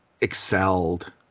excelled